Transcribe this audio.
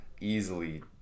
easily